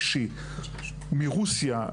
מרוסייה,